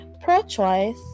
pro-choice